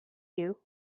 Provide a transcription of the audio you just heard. you